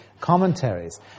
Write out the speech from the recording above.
commentaries